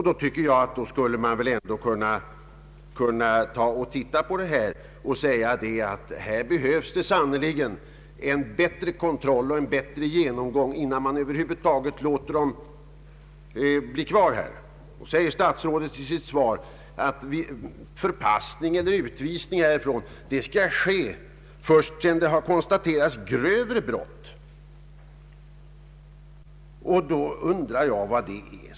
Då borde man väl ändå se över principerna och se om det behövs en bättre kontroll och en bättre genomgång, innan man över huvud taget låter dessa desertörer bli kvar här. Statsrådet säger nu i sitt svar att förpassning eller utvisning skall ske först sedan grövre brott konstaterats. Vad innebär det?